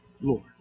Lord